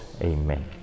Amen